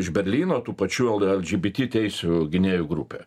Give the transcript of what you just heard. iš berlyno tų pačių eldžybyty teisių gynėjų grupė